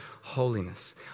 holiness